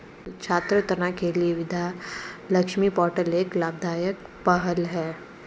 छात्र ऋण के लिए विद्या लक्ष्मी पोर्टल एक लाभदायक पहल है